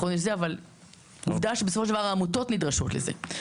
אבל עובדה שבסופו של דבר העמותות נדרשות לזה.